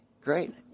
great